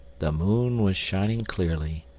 the moon was shining clearly,